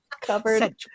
Covered